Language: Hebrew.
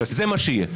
זה מה שיהיה.